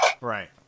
Right